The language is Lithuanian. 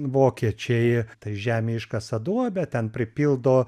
vokiečiai tai žemėj iškasa duobę ten pripildo